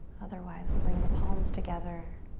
otherwise we'll bring the palms together.